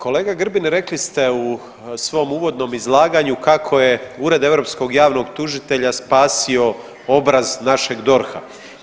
Kolega Grbin rekli ste u svom uvodnom izlaganju kako je Ured europskog javnog tužitelja spasio obraz našeg DORH-a.